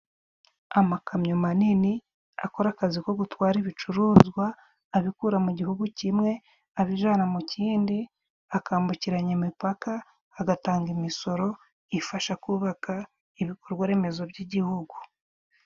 Amakamyo manini akora akazi ko gutwara ibicuruzwa abikura mu gihugu kimwe abijana mu kindi, akambukiranya imipaka, agatanga imisoro ifasha kubaka ibikorwa remezo by'igihugu.